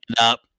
up